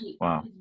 wow